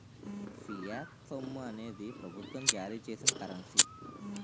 fiat సొమ్ము అనేది ప్రభుత్వం జారీ చేసిన కరెన్సీ